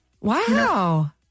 Wow